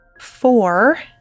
Four